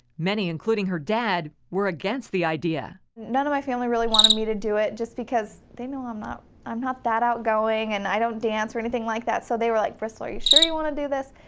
many, including her dad, were against the idea. none of my family really wanted me to do it, just because they know i'm not i'm not that outgoing, and i don't dance or anything like that. so were like, bristol, are you sure you want to do this?